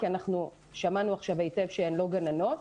כי אנחנו שמענו עכשיו היטב שהן לא גננות.